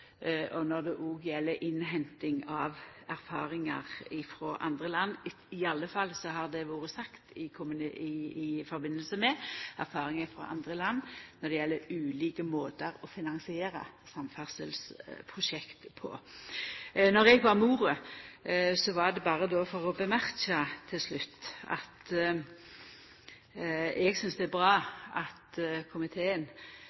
både når det gjeld kost–nytte, og når det gjeld innhenting av erfaringar frå andre land – i alle fall har det vore sagt i samband med erfaringar frå andre land når det gjeld ulike måtar å finansiera samferdselsprosjekt på. Når eg bad om ordet, var det berre for til slutt å seia at eg synest det er